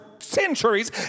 centuries